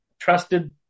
trusted